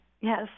Yes